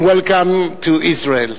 and welcome to Israel.